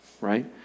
right